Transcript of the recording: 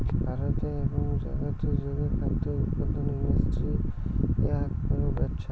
ভারতে এবং জাগাত জুড়ে খাদ্য উৎপাদনের ইন্ডাস্ট্রি আক বড় ব্যপছা